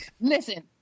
Listen